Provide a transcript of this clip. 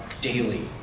daily